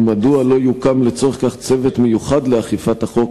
ומדוע לא יוקם לצורך כך צוות מיוחד לאכיפת החוק,